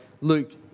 Luke